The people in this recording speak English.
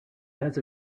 has